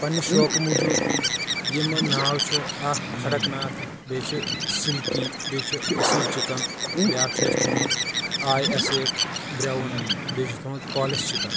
پننہِ شوقہٕ موٗجوٗب یمن ناو چھُ اکھ کھڑکناتھ بییٚہِ چھُ سلکی بییٚہِ چھُ اصٕل چِکن بیاکھ چھُ اسہِ تھوٚومُت آی ایس اے بروُن بییٚہِ چھُ تھوٚومُت پالِس چکن